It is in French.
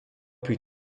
plus